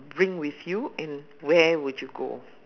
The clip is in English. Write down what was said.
bring with you and where would you go